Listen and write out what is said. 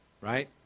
right